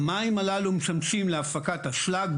המים הללו משמשים להפקת אשלג,